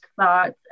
thoughts